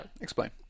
Explain